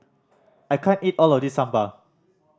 I can't eat all of this Sambar